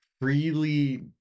freely